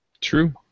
True